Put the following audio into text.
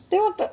then what the